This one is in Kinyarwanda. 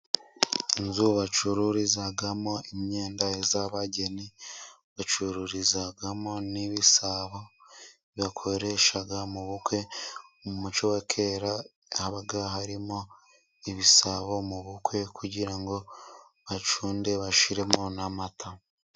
Inzu bacururizamo imyenda y'abageni, bacururizamo n'ibisabo bakoresha mu bukwe, mu muco wa kera habaga harimo ibisabo mu bukwe kugira ngo bacunde, bashyiremo n'amata.